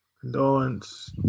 condolence